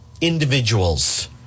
individuals